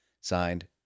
Signed